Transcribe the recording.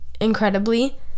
incredibly